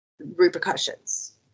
Repercussions